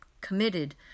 committed